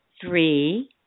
three